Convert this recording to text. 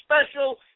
special